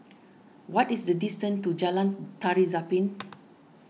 what is the distance to Jalan Tari Zapin